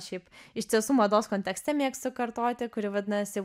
šiaip iš tiesų mados kontekste mėgstu kartoti kuri vadinasi